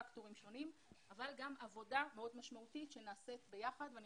פקטורים שונים אבל גם עבודה מאוד משמעותית שנעשית ביחד ואני